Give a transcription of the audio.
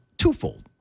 twofold